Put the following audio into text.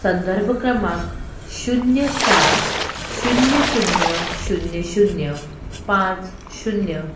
संदर्भ क्रमांक शुन्य सात शुन्य शुन्य शुन्य शुन्य पांच शुन्य